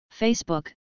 Facebook